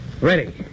Ready